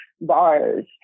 bars